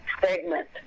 segment